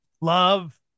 love